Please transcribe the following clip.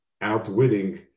outwitting